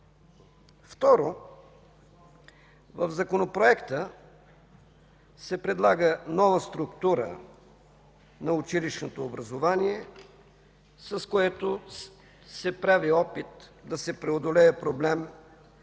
Второ, в Законопроекта се предлага нова структура на училищното образование, с което се прави опит да се преодолее проблем,